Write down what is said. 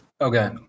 okay